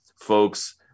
folks